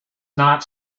not